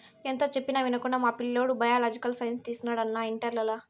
ఎంత చెప్పినా వినకుండా మా పిల్లోడు బయలాజికల్ సైన్స్ తీసినాడు అన్నా ఇంటర్లల